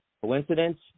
Coincidence